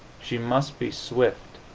she must be swift,